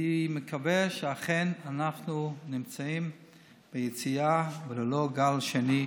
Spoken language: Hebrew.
אני מקווה שאכן אנחנו נמצאים ביציאה וללא גל שני,